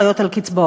חיות על קצבאות.